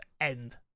End